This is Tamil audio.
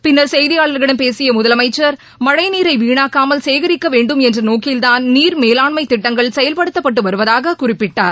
பின்னர் செய்தியாளர்களிடம் பேசிய முதலமைச்சர் மழை நீரை வீணாக்காமல் சேகரிக்க வேண்டும் என்ற நோக்கில்தான் நீர் மேலாண்மை திட்டங்கள் செயல்படுத்தப்பட்டு வருவதாக குறிப்பிட்டார்